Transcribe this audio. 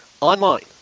online